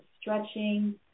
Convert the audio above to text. stretching